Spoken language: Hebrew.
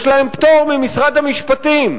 יש להן פטור ממשרד המשפטים,